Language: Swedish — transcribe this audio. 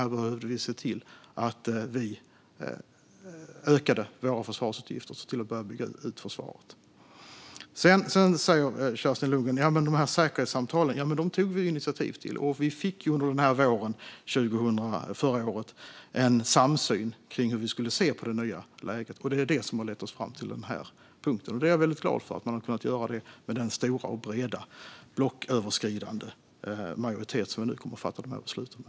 Här behövde vi se till att vi ökade våra försvarsutgifter och att vi började bygga ut försvaret. Sedan säger Kerstin Lundgren att de tog initiativ till de här säkerhetssamtalen. Vi fick under våren förra året en samsyn kring hur vi skulle se på det nya läget, och det är det som har lett oss fram till den här punkten. Jag är väldigt glad för att man har kunnat göra det med den stora och breda blocköverskridande majoritet som vi nu kommer att fatta dessa beslut med.